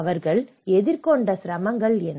அவர்கள் எதிர்கொண்ட சிரமங்கள் என்ன